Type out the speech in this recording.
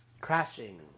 Crashing